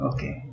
Okay